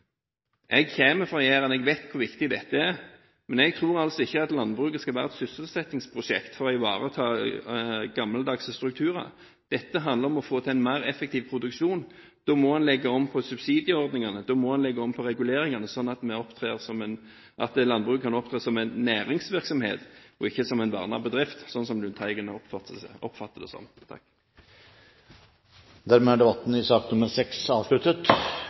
Jeg kommer fra Jæren. Jeg vet hvor viktig dette er. Men jeg tror altså ikke at landbruket skal være et sysselsettingsprosjekt for å ivareta gammeldagse strukturer. Dette handler om å få til en mer effektiv produksjon. Da må man legge om på subsidieordningene, da må man legge om på reguleringene, slik at landbruket kan opptre som en næringsvirksomhet og ikke som en vernet bedrift, som Lundteigen oppfatter det som. Dermed er debatten i sak nr. 6 avsluttet.